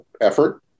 effort